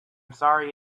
sorry